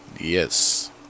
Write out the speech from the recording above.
Yes